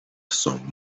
some